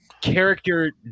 character